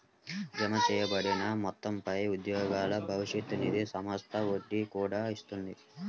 జమచేయబడిన మొత్తంపై ఉద్యోగుల భవిష్య నిధి సంస్థ వడ్డీ కూడా ఇస్తుంది